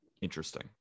Interesting